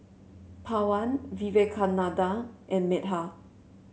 Pawan Vivekananda and Medha